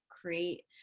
create